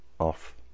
off